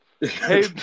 Hey